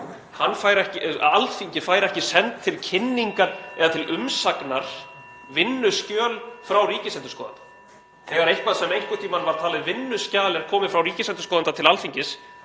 Alþingi fær ekki send til kynningar eða umsagnar vinnuskjöl frá Ríkisendurskoðun. Þegar eitthvað sem einhvern tímann var talið vinnuskjal er komið frá ríkisendurskoðanda til Alþingis